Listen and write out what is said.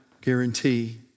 guarantee